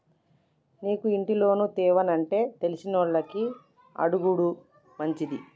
నీకు ఇంటి లోను తేవానంటే తెలిసినోళ్లని అడుగుడు మంచిది